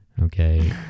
Okay